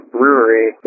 Brewery